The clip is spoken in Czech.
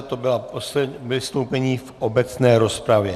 To bylo poslední vystoupení v obecné rozpravě.